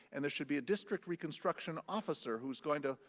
and there should be a district reconstruction officer who's going to